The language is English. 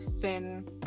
thin